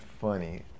funny